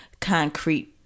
concrete